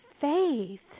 Faith